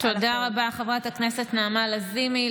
תודה רבה, חברת הכנסת נעמה לזימי.